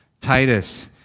Titus